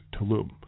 Tulum